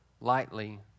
lightly